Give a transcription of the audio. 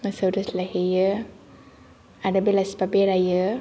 मोसौ दोस्लायहैयो आरो बेलासिब्ला बेरायो